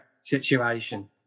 situation